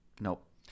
Nope